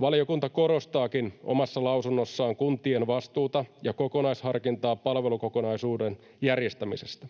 Valiokunta korostaakin omassa lausunnossaan kuntien vastuuta ja kokonaisharkintaa palvelukokonaisuuden järjestämisestä.